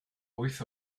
wyth